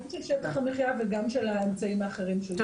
של שטח המחיה וגם של האמצעים האחרים שהוא הזכיר.